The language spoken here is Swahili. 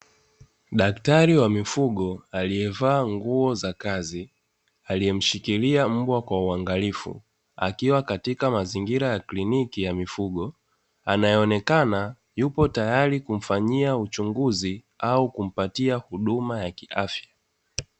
Daktari wa mifugo aliyevaa nguo za kazi aliyemshikilia mbwa kwa uangalifu, akiwa katika mazingira ya kliniki ya mifugo anayeonekana yupo tayari kumfanyia uchunguzi au kumpatia huduma ya kiafya.